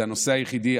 זה הנושא היחידי.